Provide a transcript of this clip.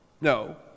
No